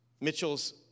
Mitchell's